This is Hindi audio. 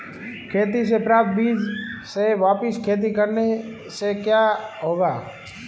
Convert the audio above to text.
खेती से प्राप्त बीज से वापिस खेती करने से क्या होगा?